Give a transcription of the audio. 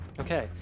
Okay